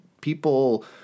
people